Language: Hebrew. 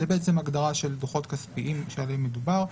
זאת ההגדרה של הדוחות הכספיים שעליהם מדובר.